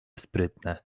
sprytne